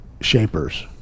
shapers